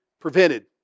prevented